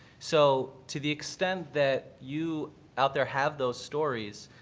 so, to the extent that you out there have those stories,